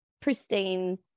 pristine